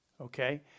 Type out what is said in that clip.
okay